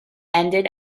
ended